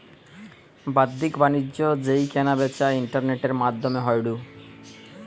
বাদ্দিক বাণিজ্য যেই কেনা বেচা ইন্টারনেটের মাদ্ধমে হয়ঢু